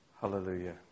Hallelujah